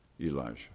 Elijah